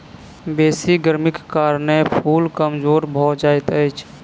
बेसी गर्मीक कारणें फूल कमजोर भअ जाइत अछि